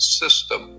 system